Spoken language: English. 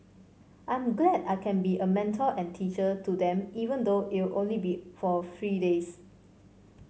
I'm glad I can be a mentor and teacher to them even though it'll only be for three days